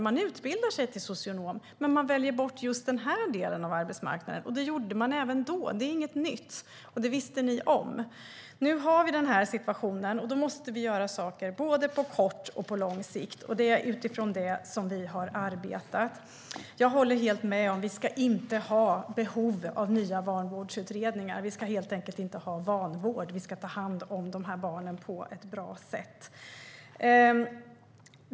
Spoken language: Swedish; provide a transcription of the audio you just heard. Många utbildar sig till socionom, men de väljer bort denna del av arbetsmarknaden. Det gjorde de även då. Det är inget nytt, och det visste ni om. Nu har vi denna situation, och då måste vi göra saker på både kort och lång sikt. Det är utifrån det vi arbetar. Det ska inte finnas behov av någon ny vanvårdsutredning. Vi ska inte ha vanvård, utan vi ska ta hand om dessa barn på ett bra sätt.